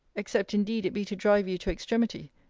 except indeed it be to drive you to extremity,